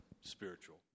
spiritual